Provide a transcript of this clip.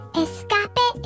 escape